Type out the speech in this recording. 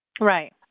Right